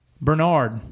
Bernard